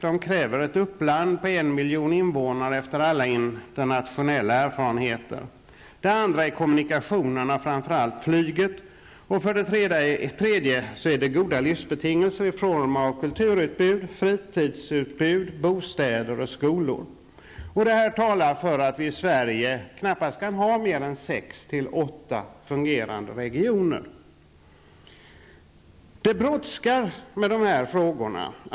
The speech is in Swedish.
Dessa kräver ett uppland på en miljon invånare, efter alla internationella erfarenheter. Det andra är kommunikationerna, framför allt flyget. Den tredje är goda livsbetingelser i form av kulturutbud, fritidsutbud, bostäder och skolor. Detta talar för att vi i Sverige knappast kan ha mer än 6--8 fungerande regioner. Det brådskar med dessa frågor.